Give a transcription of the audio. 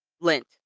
lint